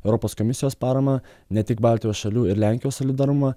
europos komisijos paramą ne tik baltijos šalių ir lenkijos solidarumą